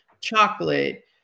chocolate